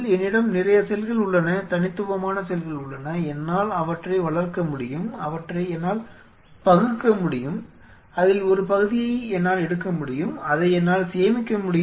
என்னிடம் நிறைய செல்கள் உள்ளன தனித்துவமான செல்கள் உள்ளன என்னால் அவற்றை வளர்க்க முடியும் அவற்றை என்னால் பகுக்க முடியும் அதில் ஒரு பகுதியை என்னால் எடுக்க முடியும் அதை என்னால் சேமிக்க முடியும்